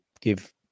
give